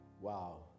Wow